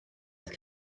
oedd